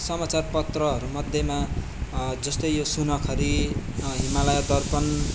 समाचार पत्रहरू मध्येमा जस्तै यो सुनखरी हिमालय दर्पण